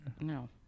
No